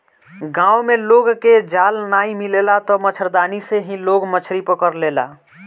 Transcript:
गांव में लोग के जाल नाइ मिलेला तअ मछरदानी से ही लोग मछरी पकड़ लेला